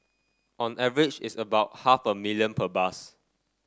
on average it's about half a million per bus